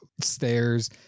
stairs